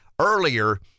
earlier